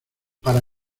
para